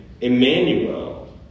Emmanuel